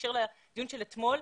בהקשר לדיון של אתמול,